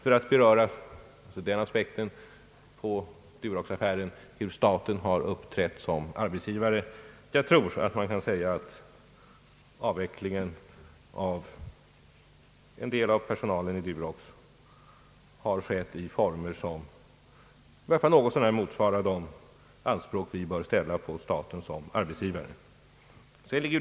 För att beröra denna aspekt på Duroxaffären — hur staten har uppträtt som arbetsgivare — tror jag att man kan säga att avvecklingen av en del av personalen i Durox har skett i former som i varje fall något så när motsvarar de anspråk vi bör ställa på staten som arbetsgivare.